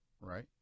right